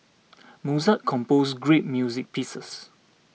Mozart composed great music pieces